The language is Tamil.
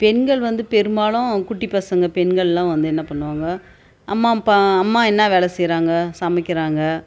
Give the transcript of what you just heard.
பெண்கள் வந்து பெரும்பாலும் குட்டி பசங்க பெண்கள்லாம் வந்து என்ன பண்ணுவாங்க அம்மா அப்பா அம்மா என்ன வேலை செய்கிறாங்க சமைக்கிறாங்க